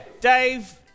Dave